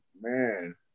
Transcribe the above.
man